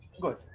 good